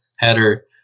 header